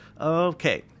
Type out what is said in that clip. Okay